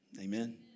Amen